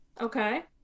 Okay